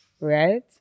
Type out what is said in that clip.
Right